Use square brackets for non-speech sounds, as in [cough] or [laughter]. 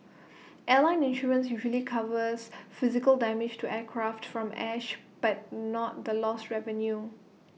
[noise] airline insurance usually covers physical damage to aircraft from ash but not the lost revenue